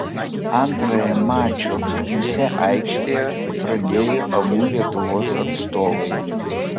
antrąją mačo pusę aikštėje pradėjo abu lietuvos atstovai